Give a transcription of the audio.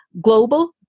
global